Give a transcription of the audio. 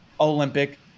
Olympic